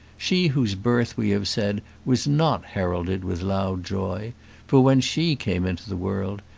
she whose birth we have said was not heralded with loud joy for when she came into the world,